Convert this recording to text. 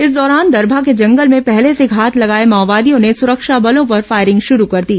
इस दौरान दरभा के जंगल में पहले से घात लगाए माओवादियों ने सुरक्षा बलों पर फायरिंग शुरू कर दी